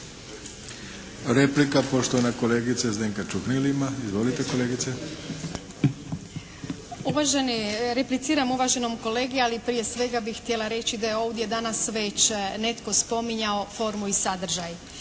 Replika, poštovana kolegica Zdenka Čuhnil ima. Izvolite kolegice. **Čuhnil, Zdenka (Nezavisni)** Uvaženi, repliciram uvaženom kolegi ali prije svega bih htjela reći da je ovdje danas već netko spominjao formu i sadržaj.